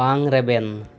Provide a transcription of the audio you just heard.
ᱵᱟᱝ ᱨᱮᱵᱮᱱ